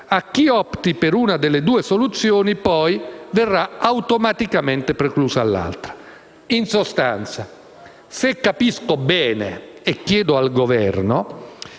A chi opti per una delle due soluzioni, poi, verrà automaticamente preclusa l'altra. In sostanza, traducendo in italiano - e chiedo al Governo